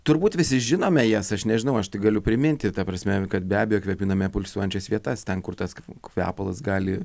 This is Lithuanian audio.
turbūt visi žinome jas aš nežinau aš tik galiu priminti ta prasme kad be abejo kvėpiname pulsuojančias vietas ten kur tas kvepalas gali